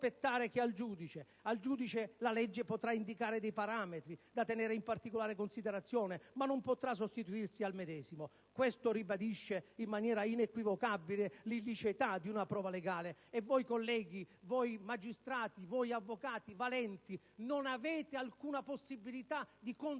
legge potrà indicare dei parametri da tenere in particolare considerazione, ma non potrà sostituirsi al medesimo. Questo ribadisce in maniera inequivocabile l'illiceità di una prova legale. E voi, colleghi, voi, magistrati, voi, avvocati valenti, non avete alcuna possibilità di contraddire